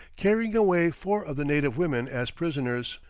carrying away four of the native women as prisoners.